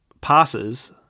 passes